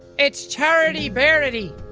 it's charity bearity.